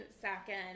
second